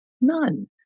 none